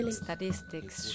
statistics